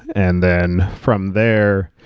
and then from there,